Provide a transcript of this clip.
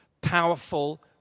powerful